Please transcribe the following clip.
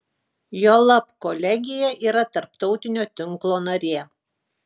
juolab kolegija yra tarptautinio tinklo narė